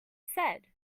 said